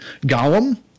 Gollum